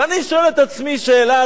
ואני שואל את עצמי שאלה,